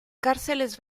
cárceles